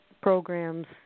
programs